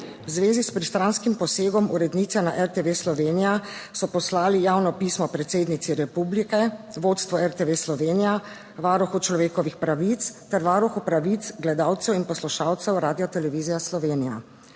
V zvezi s pristranskim posegom urednice na RTV Slovenija so poslali javno pismo predsednici republike, vodstvu RTV Slovenija, Varuhu človekovih pravic ter Varuhu pravic gledalcev in poslušalcev Radiotelevizije Slovenija.